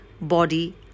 body